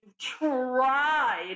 tried